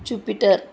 jupiter